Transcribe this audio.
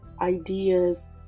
ideas